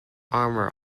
armour